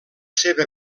seva